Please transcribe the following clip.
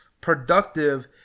productive